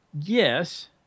Yes